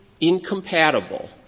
incompatible